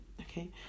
okay